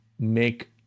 make